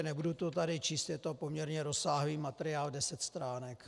Nebudu to tady číst, je to poměrně rozsáhlý materiál, deset stránek.